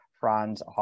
Franz